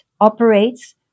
operates